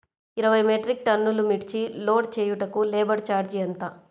ఇరవై మెట్రిక్ టన్నులు మిర్చి లోడ్ చేయుటకు లేబర్ ఛార్జ్ ఎంత?